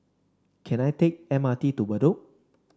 can I take M R T to Bedok